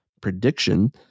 prediction